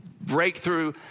breakthrough